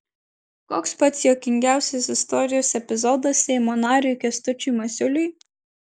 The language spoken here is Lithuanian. koks pats juokingiausias istorijos epizodas seimo nariui kęstučiui masiuliui